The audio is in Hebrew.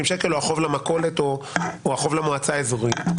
שקלים או החוב למכולת או החוב למועצה האזורית.